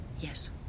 Yes